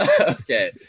okay